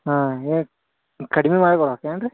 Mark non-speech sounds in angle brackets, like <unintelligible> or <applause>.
ಹಾಂ ಎ ಕಡ್ಮೆ <unintelligible> ಏನು ರೀ